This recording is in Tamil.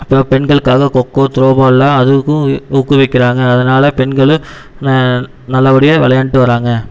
இப்போ பெண்களுக்காக கொக்கோ த்ரோ பால்லாம் அதுக்கும் ஊக்குவிற்கிறாங்க அதனால் பெண்களும் நல்லபடியாக விளையாண்ட்டு வராங்க